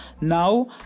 Now